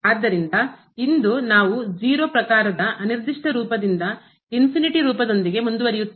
ಆದ್ದರಿಂದ ಇಂದು ನಾವು 0 ಪ್ರಕಾರದ ಅನಿರ್ದಿಷ್ಟ ರೂಪದಿಂದ ರೂಪದೊಂದಿಗೆ ಮುಂದುವರಿಯುತ್ತೇವೆ